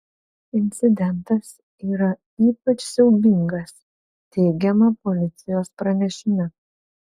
incidentas yra ypač siaubingas teigiama policijos pranešime